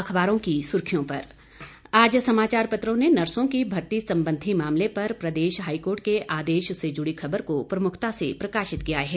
अखबारों की सुर्खियों पर आज समाचार पत्रों ने नर्सों की भर्ती संबंधी मामले पर प्रदेश हाईकोर्ट के आदेश से जुड़ी खबर को प्रमुखता से प्रकाशित किया है